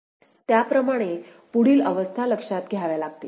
त्याप्रमाणे पुढील अवस्था लक्षात घ्यावे लागतील